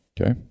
Okay